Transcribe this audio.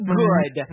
good